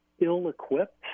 ill-equipped